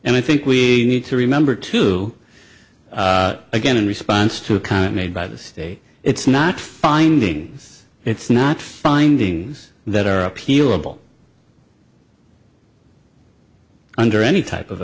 and i think we need to remember to again in response to kind of made by the state it's not findings it's not findings that are appealable under any type of